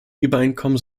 übereinkommen